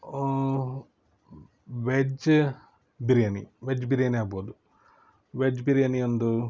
ವೆಜ್ಜ biryani veg biryani ಆಗ್ಬೌದು veg biryani ಒಂದು